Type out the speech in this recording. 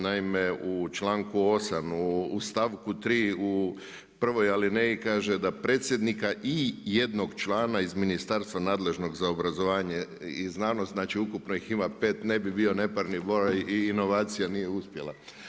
Naime u članku 8. u stavku 3 u prvoj alineji kaže da predsjednik i 1 člana iz Ministarstva nadležnog za obrazovanje i znanost, znači ukupno ih ima 5, ne bi bio neparni broj i inovacija nije uspjela.